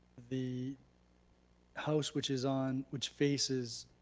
the house which is on, which faces